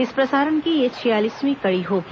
इस प्रसारण की यह छियालीसवीं कड़ी होगी